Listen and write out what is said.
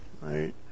right